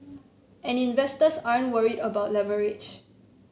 and investors aren't worried about leverage